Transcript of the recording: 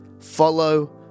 follow